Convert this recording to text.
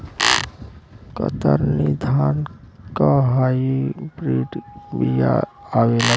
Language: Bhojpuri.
कतरनी धान क हाई ब्रीड बिया आवेला का?